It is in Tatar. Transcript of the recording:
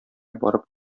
барып